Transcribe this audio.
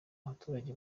abaturage